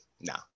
nah